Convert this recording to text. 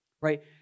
right